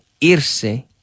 irse